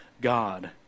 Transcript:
God